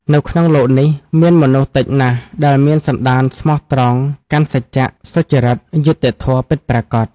នៅក្នុងលោកនេះ មានមនុស្សតិចណាស់ដែលមានសន្ដានស្មោះត្រង់ កាន់សច្ចៈ សុចរិត យុត្តិធម៌ ពិតប្រាកដ។